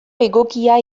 egokia